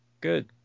Good